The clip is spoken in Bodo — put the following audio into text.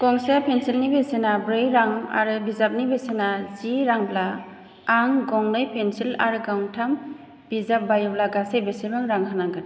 गंसे पेन्सिलनि बेसेना ब्रै रां आरो बिजाबनि बेसेना जि रांब्ला आं गंनै पेन्सिल आरो गांथाम बिजाब बायोब्ला गासै बेसेबां रां होनांगोन